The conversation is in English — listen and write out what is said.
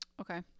Okay